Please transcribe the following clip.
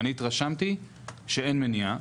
אני התרשמתי שאין מניעה.